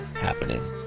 happening